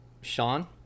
Sean